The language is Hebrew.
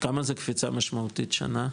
כמה זה קפיצה משמעותית שנה?